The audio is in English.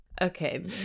Okay